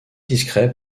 discret